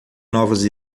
novas